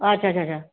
अच्छा च्छा च्छा